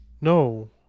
no